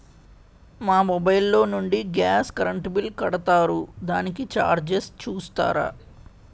మా మొబైల్ లో నుండి గాస్, కరెన్ బిల్ కడతారు దానికి చార్జెస్ చూస్తారా?